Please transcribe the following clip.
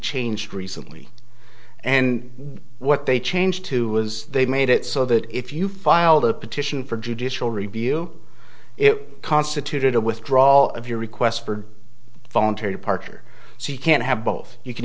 changed recently and what they changed to was they made it so that if you filed a petition for judicial review it constituted a withdraw all of your requests for voluntary departure so you can't have both you can